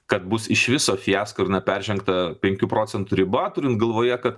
kad bus iš viso fiasko ir neperžengta penkių procentų riba turint galvoje kad